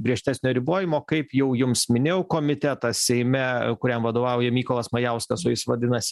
griežtesnio ribojimo kaip jau jums minėjau komitetą seime kuriam vadovauja mykolas majauskas o jis vadinas